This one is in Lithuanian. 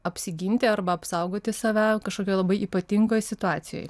apsiginti arba apsaugoti save kažkokioj labai ypatingoj situacijoj